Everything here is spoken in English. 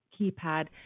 keypad